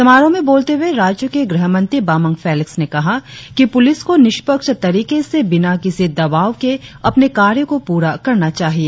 समारोह में बोलते हुए राज्य के गृहमंत्री बामंग फेलिक्स ने कहा कि पुलिस को निष्पक्ष तरीके से बिना किसी दबाव के अपने कार्यों को पुरा करना चाहिए